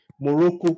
Morocco